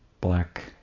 black